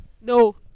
No